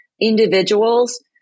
individuals